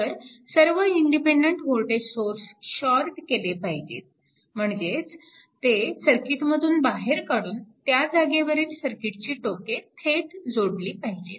तर सर्व independent voltage sources short केले पाहिजेत म्हणजेच ते सर्किटमधून बाहेर काढून त्या जागेवरील सर्किटची टोके थेट जोडली पाहिजेत